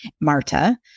Marta